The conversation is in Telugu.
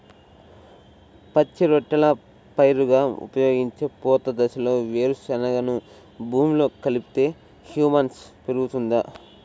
పచ్చి రొట్టెల పైరుగా ఉపయోగించే పూత దశలో వేరుశెనగను భూమిలో కలిపితే హ్యూమస్ పెరుగుతుందా?